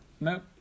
nope